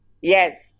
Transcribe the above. Yes